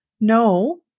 No